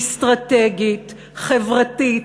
אסטרטגית, חברתית,